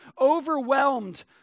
overwhelmed